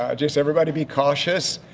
ah just everybody be cautious.